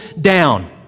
down